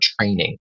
training